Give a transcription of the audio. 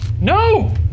No